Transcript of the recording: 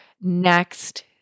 next